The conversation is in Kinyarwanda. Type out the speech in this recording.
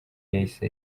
yahise